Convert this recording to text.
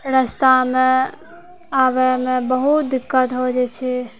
रस्ता मे आबै मे बहुत दिक्कत हो जाइ छै